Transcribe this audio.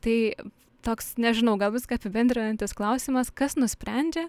tai toks nežinau gal viską apibendrinantis klausimas kas nusprendžia